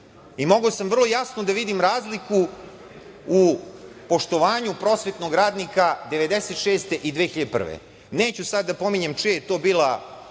i mogao sam vrlo jasno da vidim razliku u poštovanju prosvetnog radnika 1996. i 2001. godine. Neću sada da pominjem čija je to bila